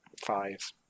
Five